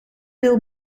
wil